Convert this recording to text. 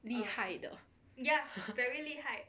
厉害的